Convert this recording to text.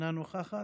אינה נוכחת,